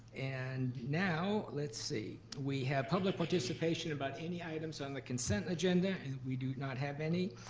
and now let's see. we have public participation about any items on the consent agenda, and we do not have any.